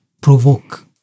provoke